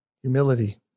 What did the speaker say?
Humility